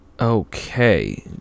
Okay